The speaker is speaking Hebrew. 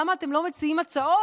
למה אתם לא מציעים הצעות?